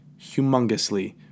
humongously